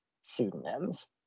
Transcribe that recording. pseudonyms